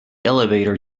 elevator